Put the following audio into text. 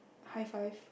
high five